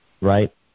right